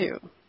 two